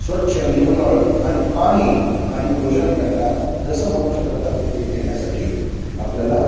स्वच्छ निर्मळ आणि पाणी आणि भोजन त्यांना जसं मनुष्याला लागते ते देण्यासाठी आपल्याला